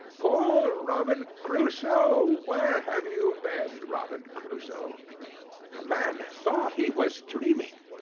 poor robin crusoe, where have you been, robin crusoe the man thought he was dreaming,